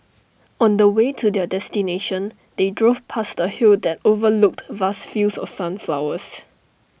on the way to their destination they drove past A hill that overlooked vast fields of sunflowers